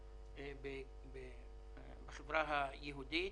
א.מ.א בחברה היהודית.